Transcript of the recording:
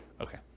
Okay